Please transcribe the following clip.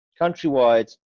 countrywide